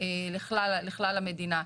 לכלל המדינה.